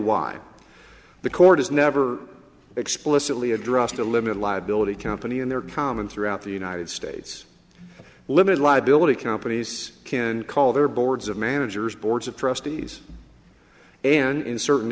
why the court has never explicitly addressed a limited liability company in their common throughout the united states limited liability companies can call their boards of managers boards of trustees and in certain